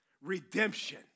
redemption